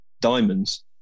diamonds